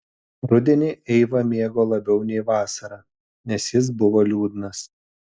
rudenį eiva mėgo labiau nei vasarą nes jis buvo liūdnas